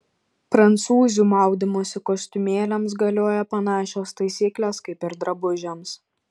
prancūzių maudymosi kostiumėliams galioja panašios taisyklės kaip ir drabužiams